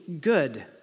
good